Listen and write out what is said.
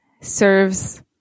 serves